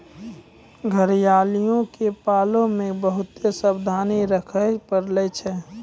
घड़ियालो के पालै मे बहुते सावधानी रक्खे पड़ै छै